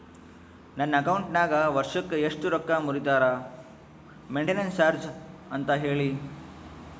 ನನ್ನ ಅಕೌಂಟಿನಾಗ ವರ್ಷಕ್ಕ ಎಷ್ಟು ರೊಕ್ಕ ಮುರಿತಾರ ಮೆಂಟೇನೆನ್ಸ್ ಚಾರ್ಜ್ ಅಂತ ಹೇಳಿ?